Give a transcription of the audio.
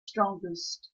strongest